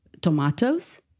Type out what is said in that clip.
tomatoes